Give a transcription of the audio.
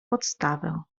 podstawę